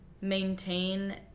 maintain